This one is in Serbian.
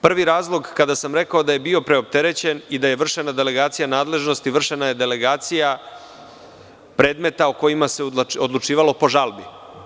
Prvi razlog, kada sam rekao da je bio preopterećen i da je vršena delegacija nadležnosti, vršena je delegacija predmeta o kojima se odlučivalo po žalbi.